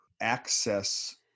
access